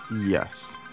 Yes